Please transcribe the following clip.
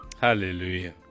hallelujah